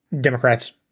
Democrats